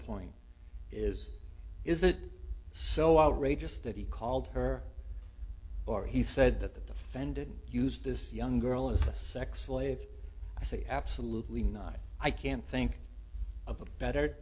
point is is it so outrageous that he called her or he said that the defendant used this young girl as a sex slave i say absolutely not i can't think of a better